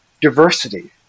diversity